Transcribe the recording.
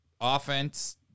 offense